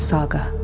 Saga